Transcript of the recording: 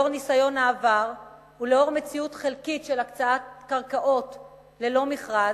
לאור ניסיון העבר ולאור מציאות של הקצאת קרקעות חלקית ללא מכרז,